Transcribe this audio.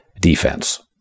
defense